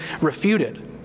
refuted